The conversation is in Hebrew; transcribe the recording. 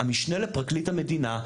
המשנה לפרקליט המדינה,